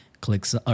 clicks